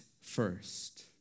first